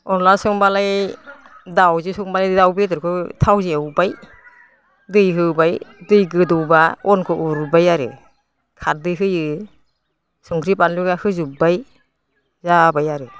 अनद्ला संब्लालाय दाउजो संबाय दाउ बेदरखौ थावजो एवबाय दै होबाय दै गोदौब्ला अनखौ उरुबाय आरो खारदै होयो संख्रि बानलु होजोब्बाय जाबाय आरो